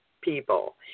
people